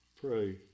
Pray